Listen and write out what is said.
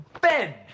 Ben